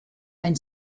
ein